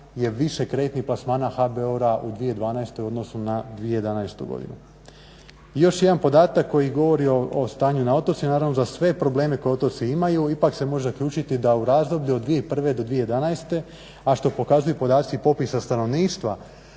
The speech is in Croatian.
je više kreditnih plasmana HBOR-a u 2012.u odnosu na 2011.godinu. Još jedan podatak koji govori o stanju na otocima, za sve probleme koje otoci imaju ipak se može zaključiti da u razdoblju od 2001.do 2011., a što pokazuju podaci popisa stanovništva,